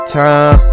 time